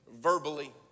verbally